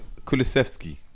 Kulisevsky